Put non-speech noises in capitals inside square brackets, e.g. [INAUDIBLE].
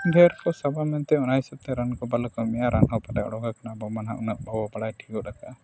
ᱰᱮᱹᱨ ᱠᱚ ᱥᱟᱵᱟ ᱢᱮᱱᱛᱮ ᱚᱱᱟ ᱦᱤᱥᱟᱹᱵ ᱛᱮ ᱨᱟᱱ ᱠᱚ [UNINTELLIGIBLE] ᱟᱵᱚ ᱢᱟ ᱩᱱᱟᱹᱜ ᱵᱟᱵᱚᱱ ᱵᱟᱲᱟᱭ ᱴᱷᱤᱠ ᱠᱟᱜᱼᱟ